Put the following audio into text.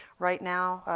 right now,